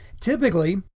Typically